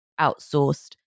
outsourced